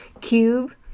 cube